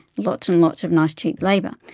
lots and lots of nice cheap labour.